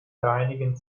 reinigen